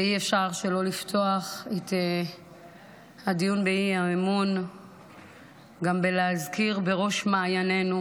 ואי-אפשר שלא לפתוח את הדיון באי-אמון גם בלהזכיר שבראש מעייננו